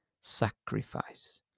sacrifice